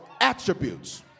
attributes